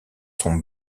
sont